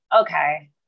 Okay